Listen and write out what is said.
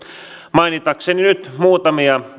mainitakseni nyt muutamia